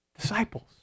disciples